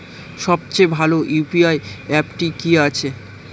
সবচেয়ে ভালো ইউ.পি.আই অ্যাপটি কি আছে?